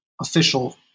official